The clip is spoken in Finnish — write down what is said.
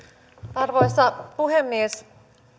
arvoisa puhemies